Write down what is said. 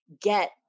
get